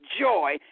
joy